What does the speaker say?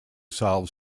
solve